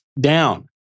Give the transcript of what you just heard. down